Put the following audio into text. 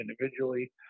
individually